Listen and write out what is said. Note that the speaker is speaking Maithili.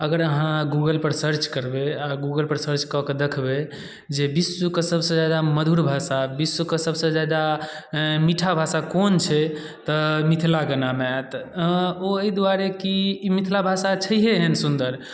अगर अहाँ गूगलपर सर्च करबै आओर गूगलपर सर्च कऽ के देखबै जे विश्वके सबसँ जादा मधुर भाषा विश्वके सबसँ जादा मीठा भाषा कोन छै तऽ मिथिलाके नाम आयत ओ अइ दुआरे कि ई मिथिला भाषा छैहे एहन सुन्दर